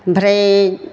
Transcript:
ओमफ्राय